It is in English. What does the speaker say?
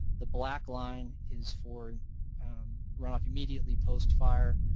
the black line his for runoff immediately post-fire,